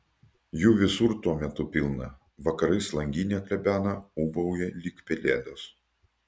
jų visur tuo metu pilna vakarais langinę klebena ūbauja lyg pelėdos